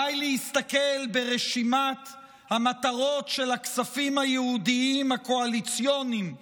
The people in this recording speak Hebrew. די להסתכל ברשימת המטרות של הכספים הקואליציוניים הייעודיים,